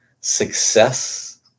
success